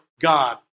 God